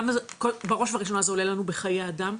אז בראש ובראשונה זה עולה לנו בחיי אדם.